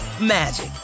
magic